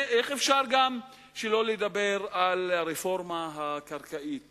איך אפשר גם שלא לדבר על הרפורמה הקרקעית